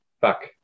Fuck